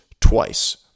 twice